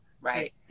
Right